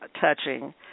touching